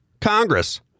Congress